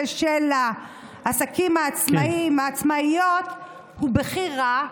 של העסקים העצמאיים והעצמאיות הוא בכי רע,